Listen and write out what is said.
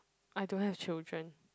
I don't have children